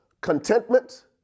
Contentment